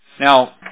Now